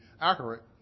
accurate